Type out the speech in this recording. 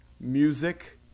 music